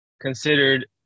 considered